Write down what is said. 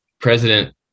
president